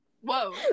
Whoa